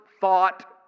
thought